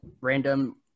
random